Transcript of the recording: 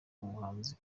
umuhanzi